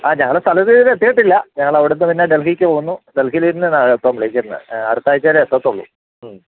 ആ ഞങ്ങൾ സ്ഥലം ഇതുവരെ എത്തിയിട്ടില്ല ഞങ്ങൾ അവിടുന്ന് പിന്നെ ഡൽഹിക്ക് പോന്നു ഡെൽഹിയിൽ നിന്നാണ് ഇപ്പോൾ വിളിക്കുന്നത് അടുത്താഴ്ച്ചയിലെ എത്തത്തുള്ളൂ മ്മ്